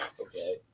Okay